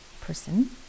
person